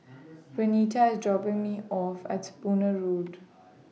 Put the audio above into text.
Renita IS dropping Me off At Spooner Road